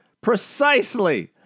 precisely